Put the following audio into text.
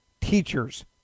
teachers